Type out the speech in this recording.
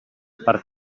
per